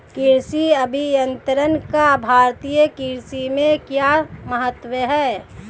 कृषि अभियंत्रण का भारतीय कृषि में क्या महत्व है?